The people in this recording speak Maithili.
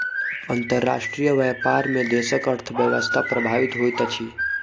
अंतर्राष्ट्रीय व्यापार में देशक अर्थव्यवस्था प्रभावित होइत अछि